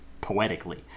poetically